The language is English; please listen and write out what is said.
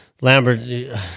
Lambert